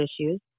issues